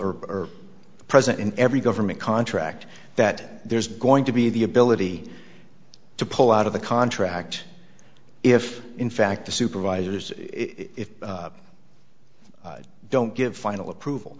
are present in every government contract that there's going to be the ability to pull out of a contract if in fact the supervisors if you don't give final approval